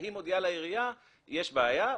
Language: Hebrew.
והיא מודיעה לעירייה: יש בעיה,